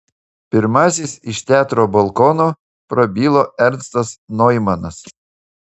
pirmasis iš teatro balkono prabilo ernstas noimanas